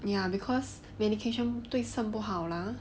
ya because medication 对肾不好啦